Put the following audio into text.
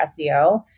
SEO